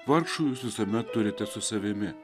vargšų jūs visuomet turite su savimi